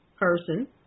person